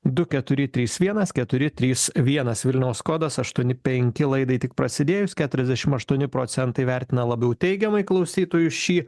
du keturi trys vienas keturi trys vienas vilniaus kodas aštuoni penki laidai tik prasidėjus keturiasdešim aštuoni procentai vertina labiau teigiamai klausytojų šį